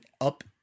up